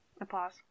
Applause